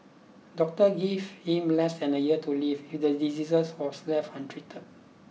doctors give him less than a year to live if the disease was left untreated